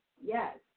yes